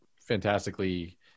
fantastically